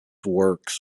works